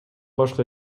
башка